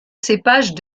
cépages